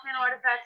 artifacts